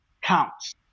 counts